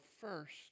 first